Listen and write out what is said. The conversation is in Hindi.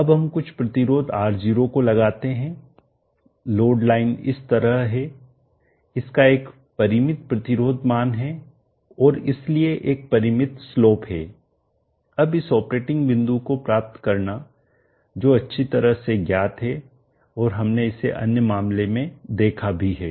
अब हम कुछ प्रतिरोध R0 को लगाते हैं लोड लाइन इस तरह है इसका एक परिमित प्रतिरोध मान है और इसलिए एक परिमित स्लोप है अब इस ऑपरेटिंग बिंदु को प्राप्त करना जो अच्छी तरह से ज्ञात है और हमने इसे अन्य मामले में देखा भी है